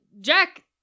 Jack